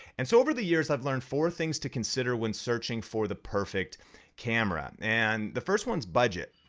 and so over the years i've learned four things to consider when searching for the perfect camera. and the first ones budget.